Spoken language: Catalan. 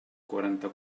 quaranta